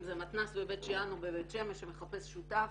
זה מתנ"ס בבית שאן או בבית שמש שמחפש שותף